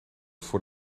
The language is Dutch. voor